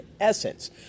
essence